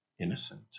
innocent